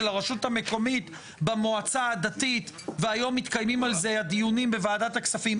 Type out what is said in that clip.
הרשות המקומית במועצה הדתית והיום מתקיימים על זה הדיונים בוועדת הכספים,